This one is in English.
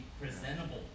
presentable